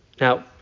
Now